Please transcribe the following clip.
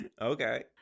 okay